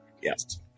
Yes